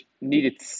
needed